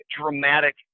dramatic